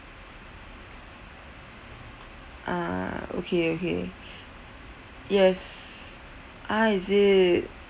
ah okay okay yes ah is it